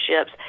ships